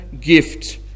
gift